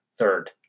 third